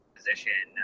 position